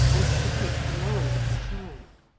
and to take command of the tribe.